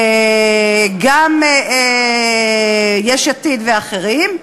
גם יש עתיד ואחרים,